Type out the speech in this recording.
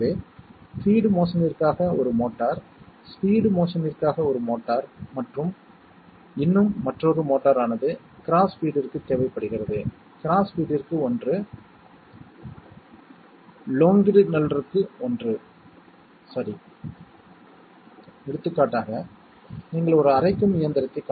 எனவே முந்தைய எடுத்துக்காட்டின் வாதத்தைத் தொடர்ந்து சிக்னல் 1 ஆக இருக்க வேண்டும் என்று நாம் தருகிறோம் A AND B AND C என்பது 1 அல்லது A AND B' AND C என்பது 1 அல்லது A AND B AND C' என்பது 1 ஆக இருந்தால் சிக்னல் 1 ஆக இருக்க வேண்டும்